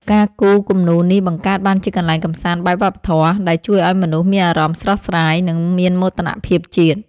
ការគូរគំនូរនេះបង្កើតបានជាកន្លែងកម្សាន្តបែបវប្បធម៌ ដែលជួយឱ្យមនុស្សមានអារម្មណ៍ស្រស់ស្រាយ និងមានមោទនភាពជាតិ។